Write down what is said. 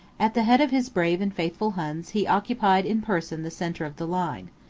at the head of his brave and faithful huns, he occupied in person the centre of the line.